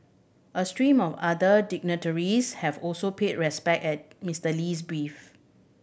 a stream of other dignitaries have also paid respect at Mister Lee's brief